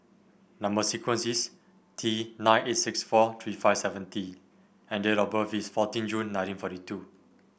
number sequence is T nine eight six four three five seven T and date of birth is fourteen June nineteen forty two